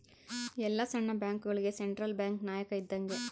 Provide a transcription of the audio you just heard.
ಎಲ್ಲ ಸಣ್ಣ ಬ್ಯಾಂಕ್ಗಳುಗೆ ಸೆಂಟ್ರಲ್ ಬ್ಯಾಂಕ್ ನಾಯಕ ಇದ್ದಂಗೆ